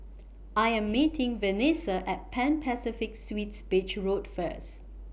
I Am meeting Venessa At Pan Pacific Suites Beach Road First